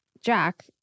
Jack